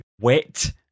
wet